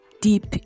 deep